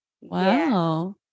Wow